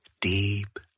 deep